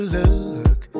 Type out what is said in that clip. look